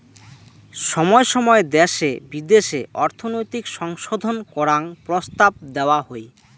সময় সময় দ্যাশে বিদ্যাশে অর্থনৈতিক সংশোধন করাং প্রস্তাব দেওয়া হই